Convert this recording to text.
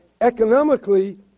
economically